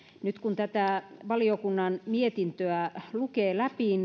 nyt kun tätä valiokunnan mietintöä lukee läpi